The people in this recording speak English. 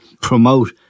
promote